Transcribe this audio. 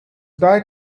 dye